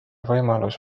võimalus